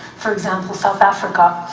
for example, south africa,